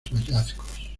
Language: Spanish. hallazgos